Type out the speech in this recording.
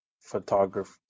photography